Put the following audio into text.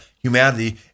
humanity